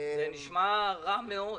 זה נשמע רע מאוד,